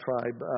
tribe